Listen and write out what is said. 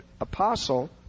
apostle